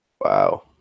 wow